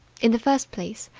in the first place,